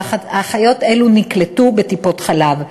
ואחיות אלה נקלטו בטיפות-חלב,